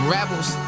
Rebels